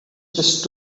just